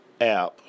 app